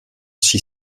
six